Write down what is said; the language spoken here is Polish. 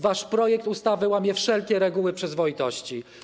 Wasz projekt ustawy łamie wszelkie reguły przyzwoitości.